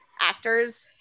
actors